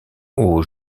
aux